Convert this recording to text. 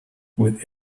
with